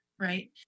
right